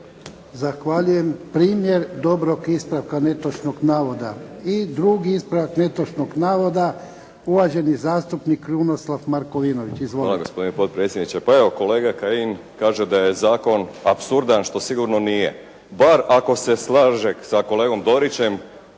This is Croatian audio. Zahvaljujem. Primjer dobrog ispravka netočnog navoda. I drugi ispravak netočnog navoda. Uvaženi zastupnik Krunoslav Markovinović.